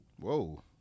Whoa